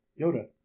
Yoda